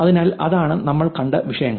അതിനാൽ അതാണ് നമ്മൾ കണ്ട വിഷയങ്ങൾ